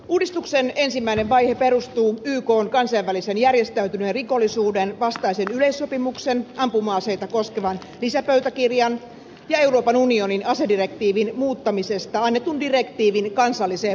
uudistuksen ensimmäinen vaihe perustuu ykn kansainvälisen järjestäytyneen rikollisuuden vastaisen yleissopimuksen ampuma aseita koskevan lisäpöytäkirjan ja euroopan unionin asedirektiivin muuttamisesta annetun direktiivin kansalliseen voimaansaattamiseen